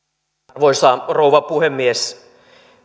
arvoisa rouva puhemies